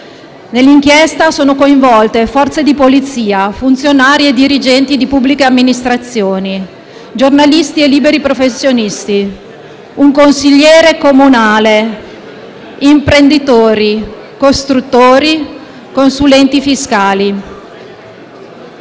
Nell'inchiesta sono coinvolte Forze di polizia, funzionari e dirigenti di pubbliche amministrazioni, giornalisti e liberi professionisti, un consigliere comunale, imprenditori, costruttori, consulenti fiscali.